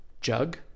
jug